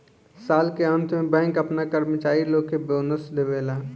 साल के अंत में बैंक आपना कर्मचारी लोग के बोनस देवेला